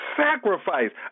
sacrifice